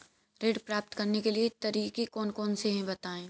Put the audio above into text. ऋण प्राप्त करने के तरीके कौन कौन से हैं बताएँ?